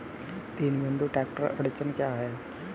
तीन बिंदु ट्रैक्टर अड़चन क्या है?